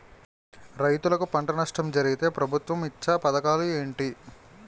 రైతులుకి పంట నష్టం జరిగితే ప్రభుత్వం ఇచ్చా పథకాలు ఏంటి?